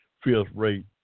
fifth-rate